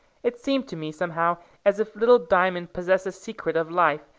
it seemed to me, somehow, as if little diamond possessed the secret of life,